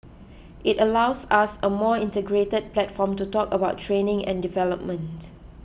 it allows us a more integrated platform to talk about training and development